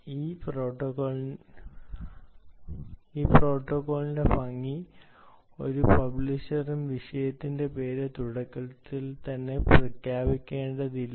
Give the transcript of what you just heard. ഈ പ്രോട്ടോക്കോളിന്റെ ഭംഗി ഒരു പബ്ലിഷറും വിഷയത്തിന്റെ പേര് തുടക്കത്തിൽ തന്നെ പ്രഖ്യാപിക്കേണ്ടതില്ല